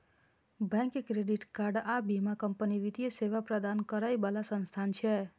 bank, credit card आ बीमा company वित्तीय सेवा प्रदान करै बला संस्थान छियै